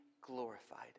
glorified